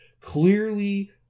Clearly